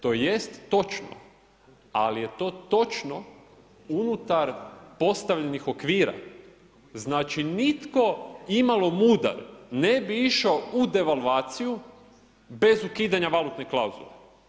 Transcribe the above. To jest točno, ali je točno unutar postavljenih okvira, znači nitko imalo mudar ne bi išao u devalvaciju bez ukidanja valutne klauzule.